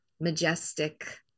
majestic